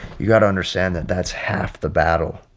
you got to understand that that's half the battle.